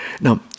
Now